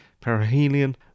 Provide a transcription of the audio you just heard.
perihelion